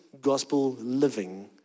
gospel-living